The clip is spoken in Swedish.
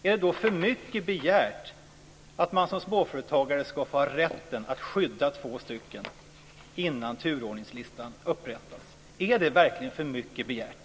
Är det då för mycket begärt att man som småföretagare ska få ha rätten att skydda två personer innan turordningslistan upprättas? Är det verkligen för mycket begärt?